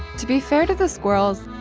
to be fair to the squirrels,